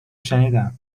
شنیدم